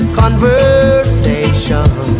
conversation